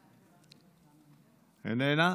איננה.